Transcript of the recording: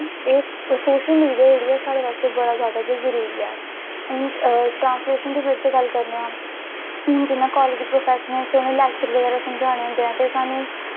अज्ज कल हर कोई चांह्दा दा फैकट्री खुल्ली फलानी फैक्ट्रूी खुल्ली अस उत्थां लेई चलचै जी दुद्द लेआओ चलो जी चौल लेआओ लेकिन परानैं जमानैं असैं अपनैं धान लाए